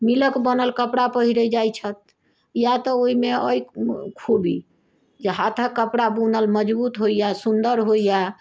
मीलक बनल कपड़ा पहिरैत जाइत छथि इएह तऽ ओहिमे अइ खूबी जे हाथक बुनल कपड़ा मजबूत होइया सुन्दर होइया